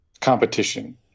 competition